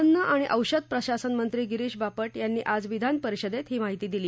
अन्न आणि औषध प्रशासनमंत्री गिरीश बापट यांनी आज विधानपरिषदेत ही माहिती दिली